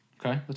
Okay